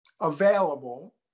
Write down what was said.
available